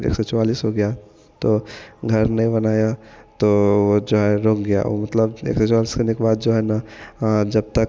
एक सौ चौवालिस हो गया तो घर नहीं बनाया तो वह जो है रुक गया ओ मतलब एक सौ चौवालिस करने के बाद जो है न हाँ जब तक